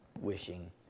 wishing